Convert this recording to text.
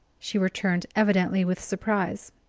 she returned, evidently with surprise.